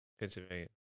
Pennsylvania